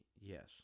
Yes